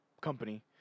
company